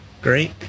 great